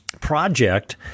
project